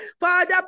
Father